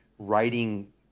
Writing